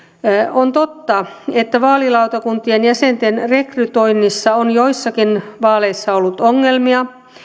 on totta että vaalilautakuntien jäsenten rekrytoinnissa on joissakin vaaleissa ollut ongelmia